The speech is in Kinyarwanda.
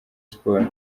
sports